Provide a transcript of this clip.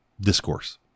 discourse